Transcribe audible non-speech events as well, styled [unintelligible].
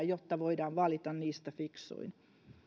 [unintelligible] jotta voidaan valita niistä fiksuin